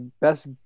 best